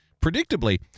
Predictably